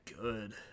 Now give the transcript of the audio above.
good